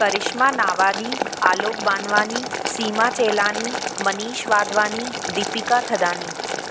Karishma Nawadi Alok Banwani Seema Chelani Manish Wadhwani Deepika Thadani